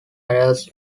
arrives